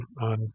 on